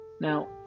Now